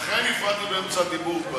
לכן הפרענו באמצע הדיבור.